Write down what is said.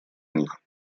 них